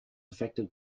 affected